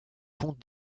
compte